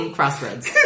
Crossroads